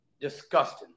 disgusting